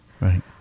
Right